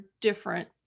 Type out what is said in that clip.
different